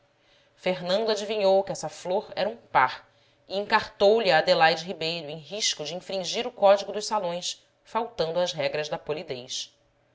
fernando adivinhou que essa flor era um par e encartou lhe a adelaide ribeiro em risco de infringir o código dos salões faltando às regras da polidez